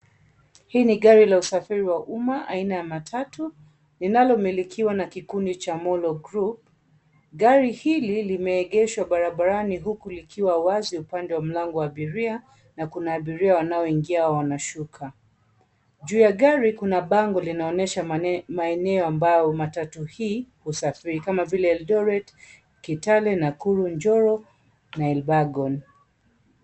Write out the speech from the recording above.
Hii ni gari la usafiri wa umma aina ya matatu linalomilikiwa na kikundi cha Molo Group. Gari hili limeegeshwa barabarani huku likiwa wazi upande wa mlango wa abiria na kuna abiria wanaoingia wanashuka. Juu ya gari kuna bango linaonyesha maeneo ambao matatu hii husafiri kama vile Eldoret, Kitale, Nakuru, Njoro na Elubergon.